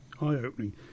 eye-opening